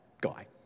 guy